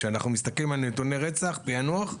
כשאנחנו מסתכלים על נתוני פענוח רצח,